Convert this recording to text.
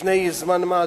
לפני זמן מה,